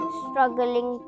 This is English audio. struggling